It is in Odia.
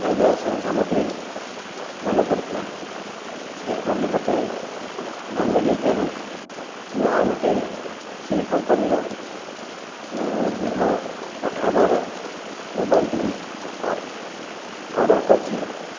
ଅଲଗା ସବୁ ସାମଗ୍ରୀ ଭଲ ପଡ଼ିଥିଲା ସେ ଫୋନରେ ମୋତେ ଭଲ ଲାଗିଥିବାରୁ ମୁଁ ଆଉ ଗୋଟିଏ ସେହି କମ୍ପାନୀର ଭିବୋ ଅଠର ବାର ମୋବାଇଲ ଟିକି ଅର୍ଡ଼ର କରିଛି